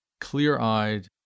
clear-eyed